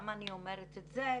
למה אני אומרת את זה?